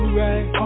right